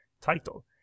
title